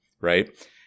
right